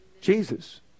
jesus